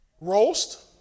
roast